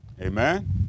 Amen